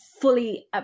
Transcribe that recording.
fully